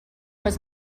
was